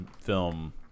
film